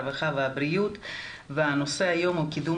הרווחה והבריאות והנושא היום הוא קידום